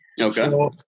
Okay